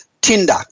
Tinder